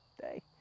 day